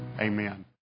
amen